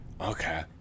Okay